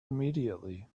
immediately